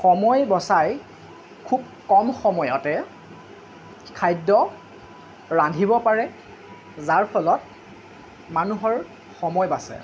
সময় বচাই খুব কম সময়তে খাদ্য ৰান্ধিব পাৰে যাৰ ফলত মানুহৰ সময় বাচে